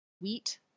wheat